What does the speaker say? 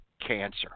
cancer